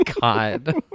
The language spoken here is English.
God